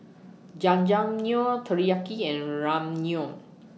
Jajangmyeon Teriyaki and Ramyeon